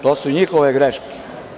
To su njihove greške.